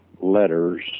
letters